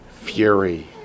fury